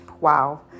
wow